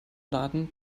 laden